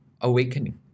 awakening